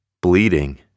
bleeding